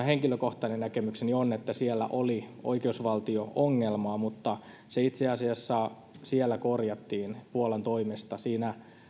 henkilökohtaisen näkemykseni mukaan oli oikeusvaltio ongelmaa mutta se itse asiassa siellä korjattiin puolan toimesta siinä